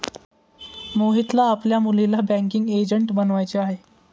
मोहितला आपल्या मुलीला बँकिंग एजंट बनवायचे आहे